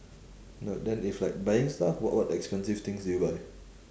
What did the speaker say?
uh then if like buying stuff what what expensive things do you buy